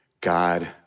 God